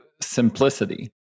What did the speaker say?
simplicity